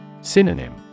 Synonym